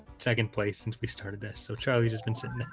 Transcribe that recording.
second place since we started this so charlie just been sitting in